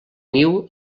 niu